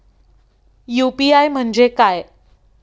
UPI म्हणजे काय?